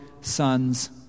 sons